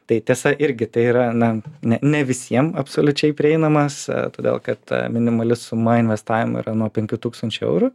tai tiesa irgi tai yra na ne ne visiem absoliučiai prieinamas todėl kad minimali suma investavimo yra nuo penkių tūkstančių eurų